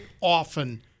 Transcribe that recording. often